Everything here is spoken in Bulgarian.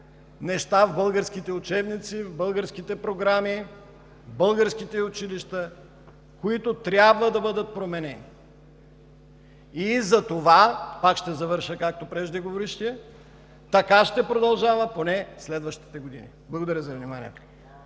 неща в българските учебници, в българските програми, в българските училища, които трябва да бъдат променени. Затова, пак ще завърша както преждеговорившия, така ще продължава поне следващите години. Благодаря за вниманието.